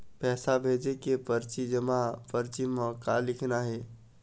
पैसा भेजे के परची जमा परची म का लिखना हे?